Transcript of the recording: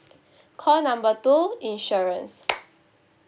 call number two insurance